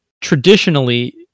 traditionally